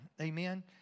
Amen